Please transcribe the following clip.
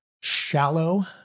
shallow